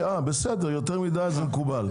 יותר מדי זה מקובל.